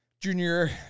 junior